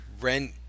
rent